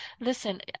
Listen